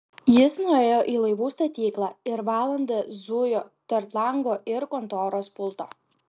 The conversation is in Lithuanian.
jis nuėjo į laivų statyklą ir valandą zujo tarp lango ir kontoros pulto